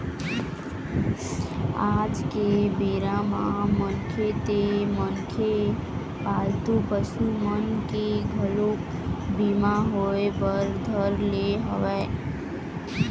आज के बेरा म मनखे ते मनखे पालतू पसु मन के घलोक बीमा होय बर धर ले हवय